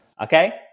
okay